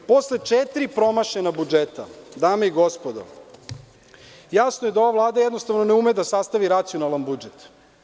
Posle četiri promašena budžeta, dame i gospodo, jasno je da ova Vlada ne ume da sastavi racionalan budžet.